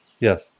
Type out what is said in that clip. Yes